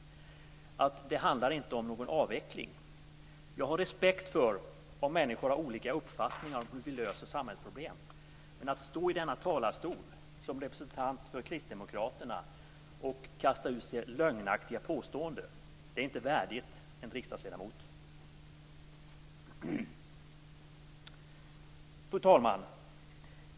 Det handlar inte om någon av avveckling. Jag har respekt för att människor har olika uppfattningar om hur vi löser samhällsproblem. Men att stå i denna talarstol som representant för Kristdemokraterna och kasta ur sig lögnaktiga påståenden är inte värdigt en riksdagsledamot. Fru talman!